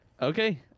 Okay